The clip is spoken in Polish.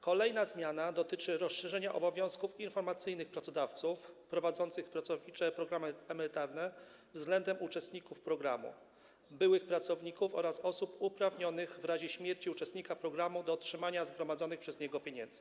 Kolejna zmiana dotyczy rozszerzenia obowiązków informacyjnych pracodawców prowadzących pracownicze programy emerytalne względem uczestników programu, byłych pracowników oraz osób uprawnionych w razie śmierci uczestnika programu do otrzymania zgromadzonych przez niego pieniędzy.